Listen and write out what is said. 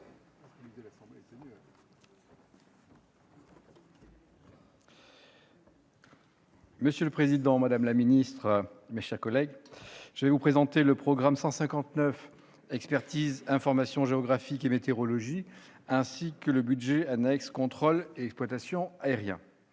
Monsieur le président, madame la ministre, mes chers collègues, je vais vous présenter le programme 159, « Expertise, information géographique et météorologie », ainsi que le budget annexe « Contrôle et exploitation aériens